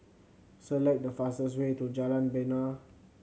select the fastest way to Jalan Bena